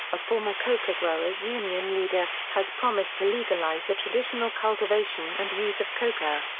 a former coca growers' union leader, has promised to legalise the traditional cultivation and use of coca.